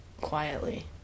quietly